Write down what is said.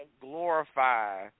glorify